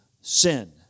sin